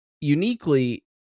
uniquely